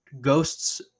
ghosts